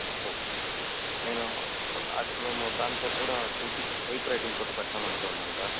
okay sir మేము మేము దాంతో కూడా టైపు రైటింగ్ కూడా పెడదాం అనుకోనుండాం సార్